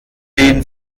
den